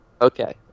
okay